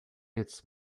its